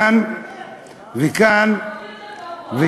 עוד יותר גרוע, עוד יותר גרוע.